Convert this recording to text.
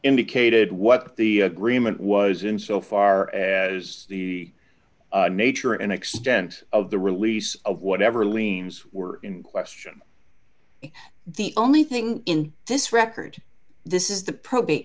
indicated what the agreement was in so far as the nature and extent of the release of whatever liens were in question the only thing in this record this is the probate